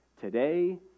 today